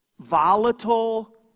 volatile